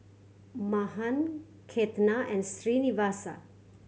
Mahan Ketna and Srinivasa